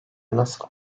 nasıl